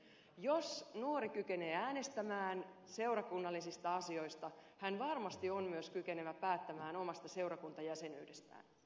jos nuori kykenee äänestämään seurakunnallisista asioista hän varmasti on myös kykenevä päättämään omasta seurakuntajäsenyydestään